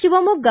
Shivamogga